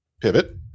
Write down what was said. pivot